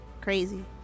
crazy